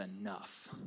enough